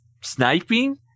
sniping